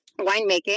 Winemaking